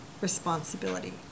responsibility